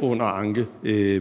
under anke